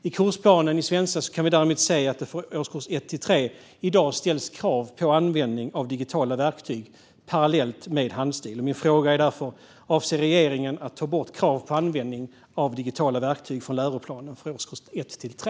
I kursplanen i svenska kan vi däremot se att det i årskurs 1-3 i dag ställs krav på användning av digitala verktyg parallellt med handstil. Min fråga är därför: Avser regeringen att ta bort krav på användning av digitala verktyg från läroplanen för årskurs 1-3?